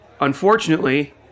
unfortunately